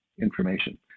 information